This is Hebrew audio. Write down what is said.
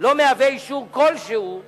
לא מהווה אישור כלשהו